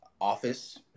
office